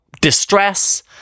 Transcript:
distress